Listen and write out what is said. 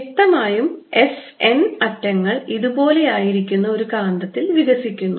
വ്യക്തമായും S N അറ്റങ്ങൾ ഇതുപോലെയായിരിക്കുന്ന ഒരു കാന്തത്തിൽ വികസിക്കുന്നു